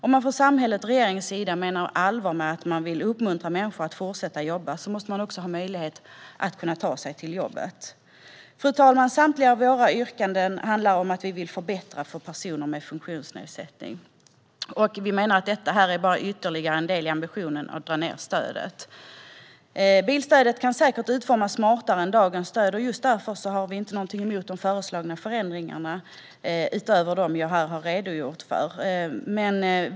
Om samhället och regeringen menar allvar med att uppmuntra människor att fortsätta jobba måste människor också ha möjlighet att ta sig till jobbet. Fru talman! Samtliga våra yrkanden handlar om att vi vill förbättra för personer med funktionsnedsättning. Vi menar att detta bara är ytterligare en del i ambitionen att dra ned på stödet. Bilstödet kan säkert utformas smartare än dagens stöd, och just därför har vi inget emot de föreslagna förändringarna - utöver dem jag har redogjort för.